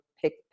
pick